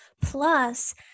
Plus